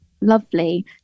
lovely